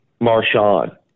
Marshawn